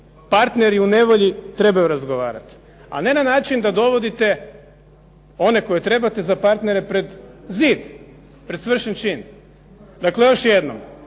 partneri u nevolji trebaju razgovarati. A ne na način da dovodite one koje trebate za partnere pred zid, pred svršen čin. Dakle, još jednom,